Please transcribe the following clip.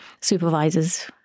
supervisors